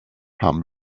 han